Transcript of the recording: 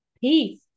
peace